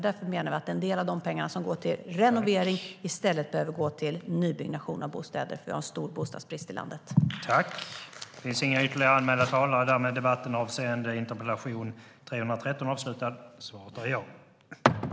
Därför menar vi att en del av de pengar som går till renovering i stället behöver gå till nybyggnation av bostäder.